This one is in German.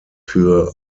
für